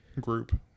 group